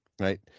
right